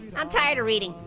i'm tired of reading.